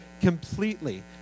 completely